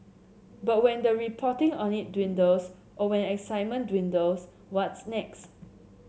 but when the reporting on it dwindles or when excitement dwindles what's next